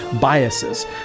biases